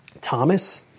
Thomas